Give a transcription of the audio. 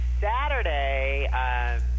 Saturday